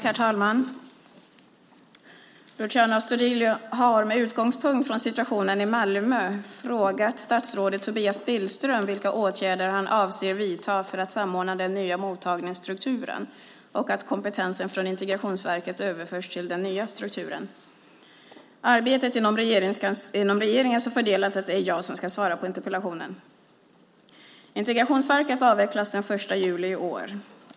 Herr talman! Luciano Astudillo har med utgångspunkt från situationen i Malmö frågat statsrådet Tobias Billström vilka åtgärder han avser att vidta för att samordna den nya mottagningsstrukturen och för att kompetensen från Integrationsverket överförs till den nya strukturen. Arbetet inom regeringen är så fördelat att det är jag som ska svara på interpellationen. Integrationsverket avvecklas den 1 juli i år.